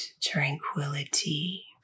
tranquility